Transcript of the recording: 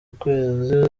ukwezi